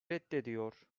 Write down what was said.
reddediyor